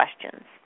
questions